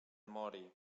mori